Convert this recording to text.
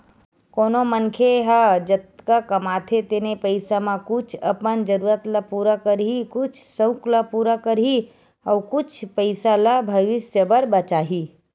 कोनो मनखे ह जतका कमाथे तेने पइसा म कुछ अपन जरूरत ल पूरा करही, कुछ सउक ल पूरा करही अउ कुछ पइसा ल भविस्य बर बचाही